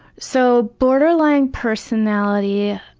so borderline personality